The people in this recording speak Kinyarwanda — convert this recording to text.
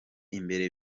imbere